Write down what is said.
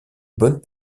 bonnes